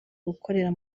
gukorera